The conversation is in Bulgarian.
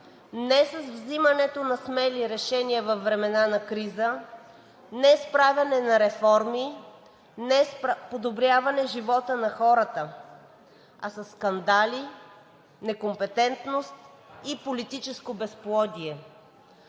не с взимането на смели решения във времена на криза, не с правене на реформи, не с подобряване живота на хората, а със скандали, некомпетентност и политическо безплодие.